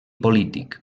polític